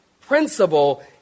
principle